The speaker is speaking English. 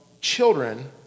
children